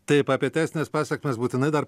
taip apie teisines pasekmes būtinai dar